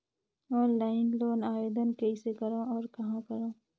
Offline loan आवेदन कइसे करो और कहाँ करो?